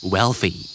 Wealthy